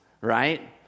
right